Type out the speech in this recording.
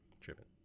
Tripping